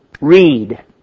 Read